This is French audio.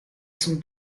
son